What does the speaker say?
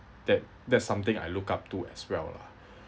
that that's something I look up to as well lah